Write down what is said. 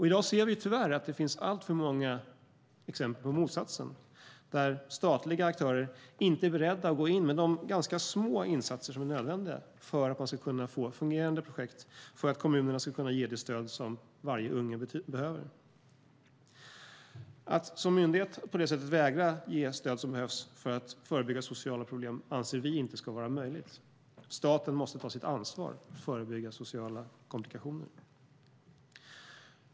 I dag ser vi tyvärr att det finns alltför många exempel på motsatsen, där statliga aktörer inte är beredda att gå in med de ganska små insatser som är nödvändiga för att man ska kunna få fungerande projekt och för att kommunerna ska kunna ge det stöd som varje unge behöver. Att som myndighet på det sättet vägra ge det stöd som behövs för att förebygga sociala problem anser vi inte ska vara möjligt. Staten måste ta sitt ansvar för att förebygga sociala komplikationer.